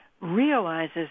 realizes